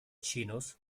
chinos